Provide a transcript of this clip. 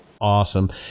Awesome